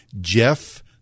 jeff